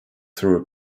through